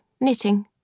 knitting